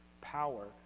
power